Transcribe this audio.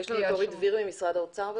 יש את אורי דביר ממשרד האוצר בזום?